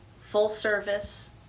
full-service